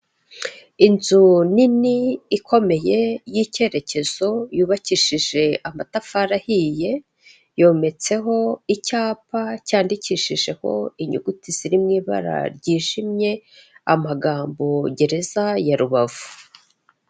Inzu nini ikomeye y'icyerekezo yubakishije amatafari ahiye, yometseho icyapa cyandikishijeho inyuguti ziri mu ibara ryijimye, amagambo Gereza ya Rubavu.